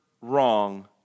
wrong